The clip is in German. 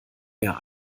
mehr